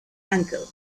ankle